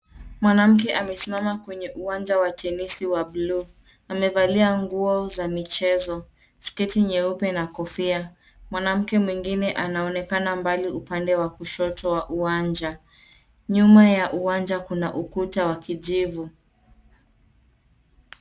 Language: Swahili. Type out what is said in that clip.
Mwanamke amesimama kwenye uwanja wa tenesi wa blue , amevalia nguo za michezo, sketi nyeupe na kofia. Mwanamke mwingine anaonekana mbali upande wa kushoto wa uwanja. Nyuma ya uwanja kuna ukuta wa kijivu.